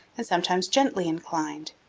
and sometimes gently inclined.